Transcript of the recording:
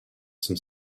some